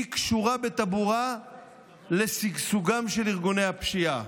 היא קשורה בטבורה לשגשוגם של ארגוני הפשיעה.